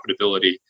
profitability